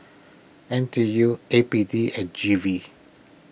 N T U A P D and G V